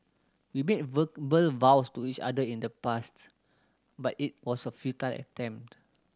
we made verbal vows to each other in the past but it was a futile attempt